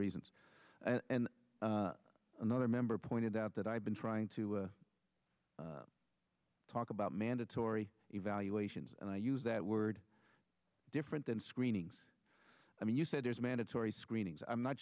reasons and another member pointed out that i've been trying to talk about mandatory evaluations and i use that word different than screenings i mean you said there's mandatory screenings i'm not